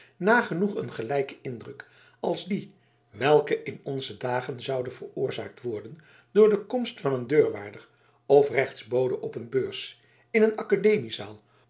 nagenoeg een gelijken indruk als die welke in onze tijden zoude veroorzaakt worden door de komst van een deurwaarder of gerechtsbode op een beurs in een academiezaal